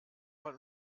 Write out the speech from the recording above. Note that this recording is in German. mal